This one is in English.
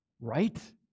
Right